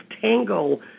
tango